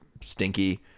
stinky